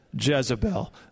Jezebel